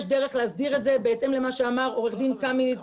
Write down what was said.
יש דרך להסדיר את זה בהתאם למה אמר עורך דין קמיניץ,